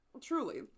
Truly